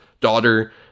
daughter